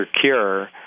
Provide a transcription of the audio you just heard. cure